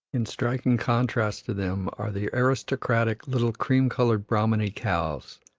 in striking contrast to them are the aristocratic little cream-colored brahmani cows,